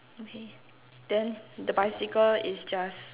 okay then the bicycle is just